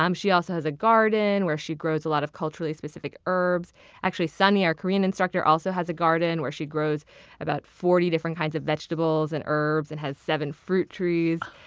um she also has a garden where she grows a lot of culturally specific herbs actually, sunny, our korean instructor, also has a garden where she grows about forty different kinds of vegetables and herbs and has seven fruit trees.